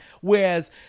whereas